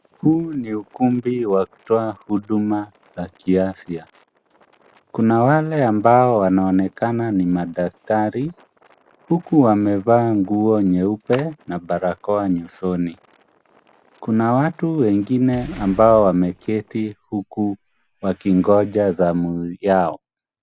Huu ni ukumbi wa kutoa huduma za kiavya, kuna wale ambao wanaonekana ni madaktari huku wamevaa nguo nyeupe na barakoa nyusoni ,kuna watu wengine ambao wameketi huku wakingoja zamu yao.